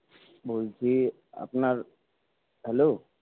বলছি আপনার হ্যালো